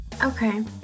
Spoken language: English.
Okay